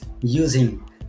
using